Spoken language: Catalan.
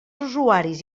usuaris